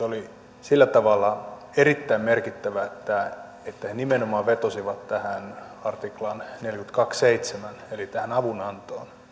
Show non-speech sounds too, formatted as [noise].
[unintelligible] oli sillä tavalla erittäin merkittävä että että he nimenomaan vetosivat artiklaan neljäkymmentäkaksi piste seitsemän eli avunantoon